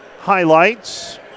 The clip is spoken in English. highlights